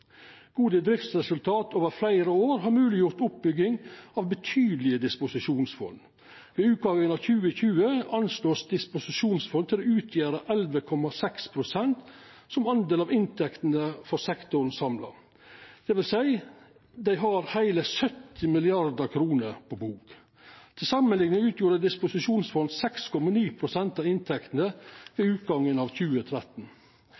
Gode driftsresultat over fleire år har mogleggjort oppbygging av betydelege disposisjonsfond. Ved utgangen av 2020 vert disposisjonsfond anslått til å utgjera 11,6 pst. som andel av inntektene for sektoren samla. Det vil seia at dei har heile 70 mrd. kr på bok. Til samanlikning utgjorde disposisjonsfond 6,9 pst. av inntektene